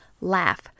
laugh